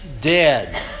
dead